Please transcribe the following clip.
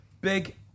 Big